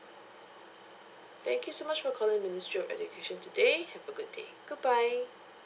thank you so much for calling ministry of education today have a good day goodbye